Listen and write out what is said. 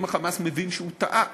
האם ה"חמאס" מבין שהוא טעה,